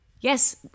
Yes